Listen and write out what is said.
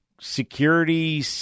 Security